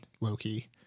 Loki